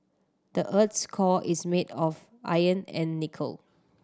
the earth's core is made of iron and nickel